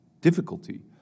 difficulty